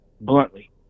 bluntly